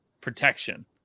protection